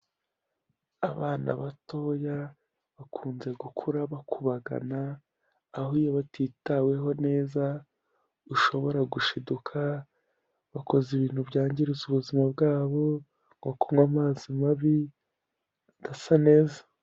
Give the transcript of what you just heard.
Abana batoya bakunze gukura bakubagana, aho iyo batitaweho neza, ushobora gushiduka bakoze ibintu byangiriza ubuzima bwabo, nko kunywa amazi mabi adasa neza.